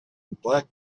black